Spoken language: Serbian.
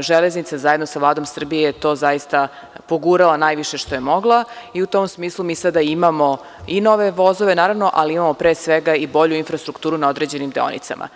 železnica, zajedno sa Vladom Srbije je to zaista pogurala najviše što je mogla i u tom smislu mi sada imamo i nove vozove, naravno, ali imamo pre svega i bolju infrastrukturu na određenim deonicama.